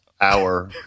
hour